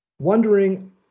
Wondering